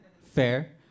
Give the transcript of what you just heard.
Fair